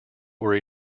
were